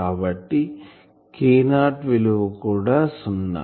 కాబట్టి K0 విలువ కూడా సున్నా